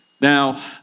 Now